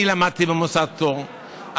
אני למדתי במוסד פטור,